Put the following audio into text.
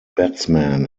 batsman